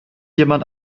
jemand